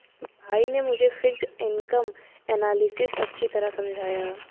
भाई ने मुझे फिक्स्ड इनकम एनालिसिस अच्छी तरह समझाया